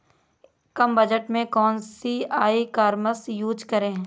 कम budget में कौन सी ई कॉमर्स यूज़ करें?